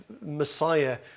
Messiah